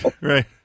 right